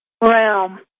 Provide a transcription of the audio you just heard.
realm